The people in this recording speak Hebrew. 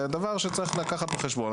זה דבר שצריך לקחת בחשבון.